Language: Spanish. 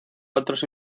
otros